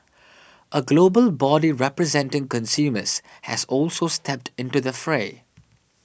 a global body representing consumers has also stepped into the fray